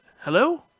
Hello